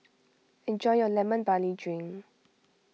enjoy your Lemon Barley Drink